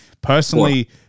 personally